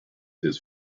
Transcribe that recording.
his